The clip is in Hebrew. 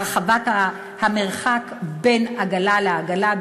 הרחבת המרחק בין עגלה לעגלה,